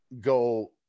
go